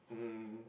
mm